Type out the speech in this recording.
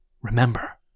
Remember